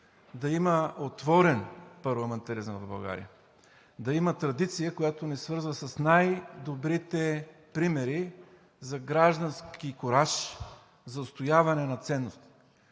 да има отворен парламентаризъм в България, да има традиция, която ни свързва с най-добрите примери за граждански кураж, за отстояване на ценности.